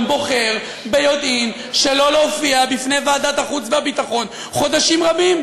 בוחר ביודעין שלא להופיע בפני ועדת החוץ והביטחון חודשים רבים,